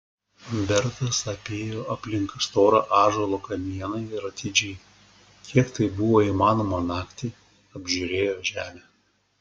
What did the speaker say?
bertas apėjo aplink storą ąžuolo kamieną ir atidžiai kiek tai buvo įmanoma naktį apžiūrėjo žemę